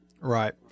Right